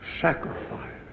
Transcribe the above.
sacrifice